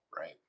right